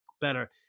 better